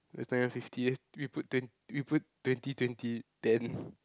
that's not even fifty eh we put twen~ we put twenty twenty ten